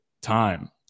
time